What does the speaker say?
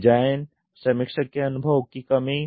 design समीक्षक के अनुभव की कमी